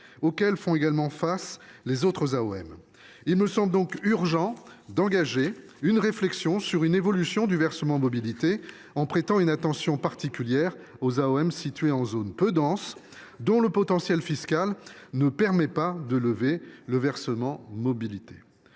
aux besoins considérables des autres AOM. Il me semble donc urgent d’engager une réflexion sur une évolution du versement mobilité, en prêtant une attention particulière aux AOM situées en zones peu denses et dont le potentiel fiscal ne permet pas de lever le versement mobilité.